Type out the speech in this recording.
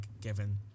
given